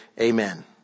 Amen